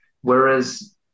Whereas